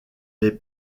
les